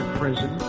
prison